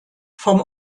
vom